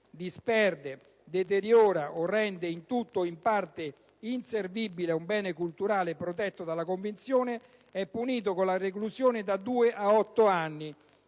disperde, deteriora o rende in tutto o in parte inservibile un bene culturale protetto dalla Convenzione, è punito con la reclusione da due a otto anni."